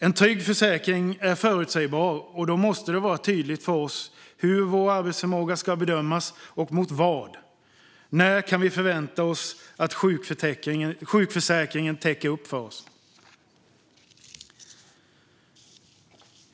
En trygg försäkring är förutsägbar, och då måste det vara tydligt för oss hur vår arbetsförmåga ska bedömas och mot vad. När kan vi förvänta oss att sjukförsäkringen täcker upp för oss?